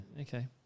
Okay